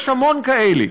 יש המון כאלה.